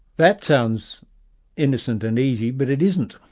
that sounds innocent and easy, but it isn't,